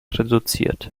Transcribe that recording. reduziert